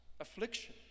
affliction